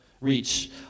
reach